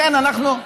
יוסי,